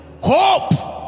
Hope